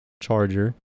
Charger